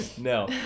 No